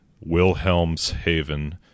Wilhelmshaven